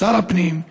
משר הפנים,